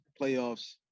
playoffs